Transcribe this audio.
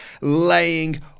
laying